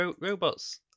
Robots